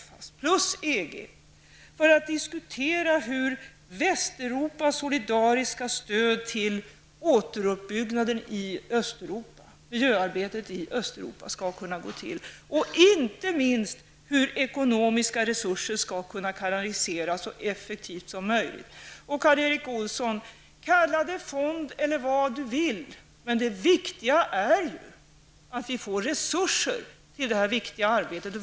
EGs, att träffas för att diskutera hur Västeuropas solidariska stöd till återuppbyggnaden och miljöarbetet i Östeuropa skall kunna ske. Inte minst skall vi diskutera hur ekonomiska resurser skall kunna kanaliseras så effektivt som möjligt. Karl Erik Olsson får kalla det en ''fond'' eller vad han vill, men det viktiga är ju att vi får resurser till detta angelägna arbete.